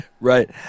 Right